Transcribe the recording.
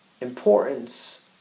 importance